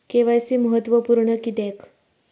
KYC महत्त्वपुर्ण किद्याक?